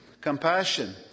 compassion